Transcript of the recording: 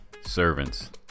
servants